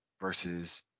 versus